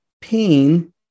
pain